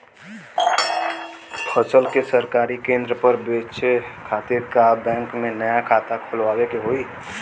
फसल के सरकारी केंद्र पर बेचय खातिर का बैंक में नया खाता खोलवावे के होई?